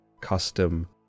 custom